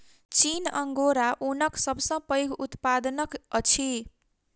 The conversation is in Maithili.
चीन अंगोरा ऊनक सब सॅ पैघ उत्पादक अछि